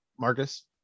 Marcus